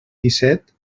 disset